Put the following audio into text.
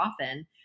often